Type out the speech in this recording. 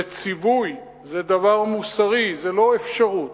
זה ציווי, זה דבר מוסרי, זה לא אפשרות.